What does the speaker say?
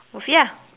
Musfiya